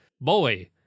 boy